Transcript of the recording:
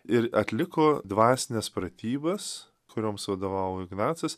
ir atliko dvasines pratybas kurioms vadovavo ignacas